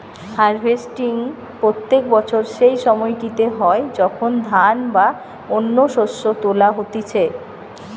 harvesting প্রত্যেক বছর সেই সময়টিতে হয় যখন ধান বা অন্য শস্য তোলা হতিছে